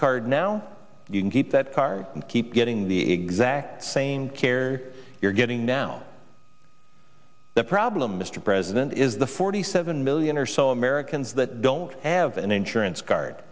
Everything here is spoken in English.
card now you can keep that card and keep getting the exact same care you're getting now the problem mr president is the forty seven million or so americans that don't have an insurance card